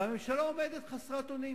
והממשלה עומדת חסרת אונים?